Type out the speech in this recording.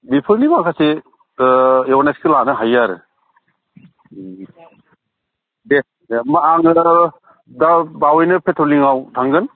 बेफोरनि माखासे एवारनेसखौ लानो हायो आरो दे होमब्ला आङो बावैनो पेट्र'लिंआव थांगोन